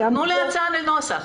תנו לי הצעה לנוסח.